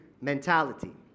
mentality